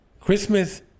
Christmas